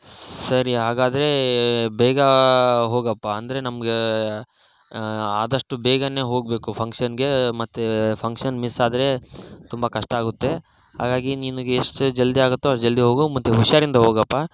ಸರಿ ಹಾಗಾದ್ರೇ ಬೇಗ ಹೋಗಪ್ಪ ಅಂದರೆ ನಮಗೆ ಆದಷ್ಟು ಬೇಗ ಹೋಗಬೇಕು ಫಂಕ್ಷನ್ಗೆ ಮತ್ತು ಫಂಕ್ಷನ್ ಮಿಸ್ಸಾದರೆ ತುಂಬ ಕಷ್ಟ ಆಗುತ್ತೆ ಹಾಗಾಗಿ ನಿನ್ಗೆ ಎಷ್ಟು ಜಲ್ದಿ ಆಗುತ್ತೋ ಅಷ್ಟು ಜಲ್ದಿ ಹೋಗು ಮತ್ತೆ ಹುಷಾರಿಂದ ಹೋಗಪ್ಪ